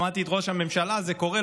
שמעתי את ראש הממשלה: זה קורה.